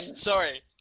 Sorry